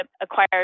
acquired